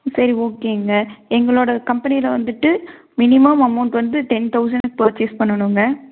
சரி ஓகேங்க எங்களோட கம்பெனியில் வந்துவிட்டு மினிமம் அமௌண்ட் வந்து டென் தௌசண்ட் பர்ச்சேஸ் பண்ணனுங்க